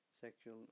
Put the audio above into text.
sexual